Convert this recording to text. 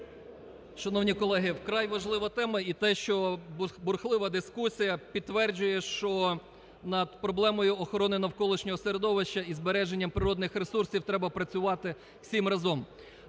Шановні колеги, вкрай важлива тема і те, що бурхлива дискусія, підтверджує, що над проблемою охорони навколишнього середовища і збереження природних ресурсів треба працювати всім разом.